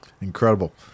incredible